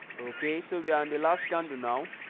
okay so we are on the last candle now